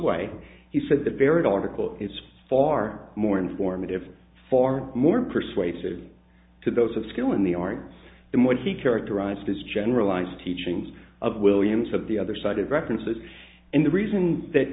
way he said the varied article is far more informative far more persuasive to those of skill in the arts and what he characterized as generalized teachings of williams of the other side of references and the reason that